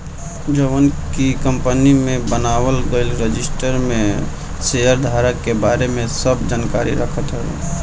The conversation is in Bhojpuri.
जवन की कंपनी में बनावल गईल रजिस्टर में शेयरधारक के बारे में सब जानकारी रखत हवे